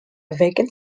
vacant